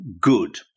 good